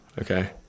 Okay